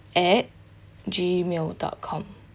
at gmail dot com